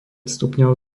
stupňov